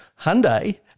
Hyundai